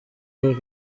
paul